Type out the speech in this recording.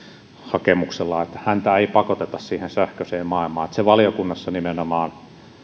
hakemuksella häntä ei pakoteta siihen sähköiseen maailmaan se valiokunnassa nimenomaan